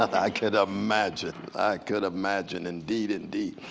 i could ah imagine. i could imagine indeed, indeed.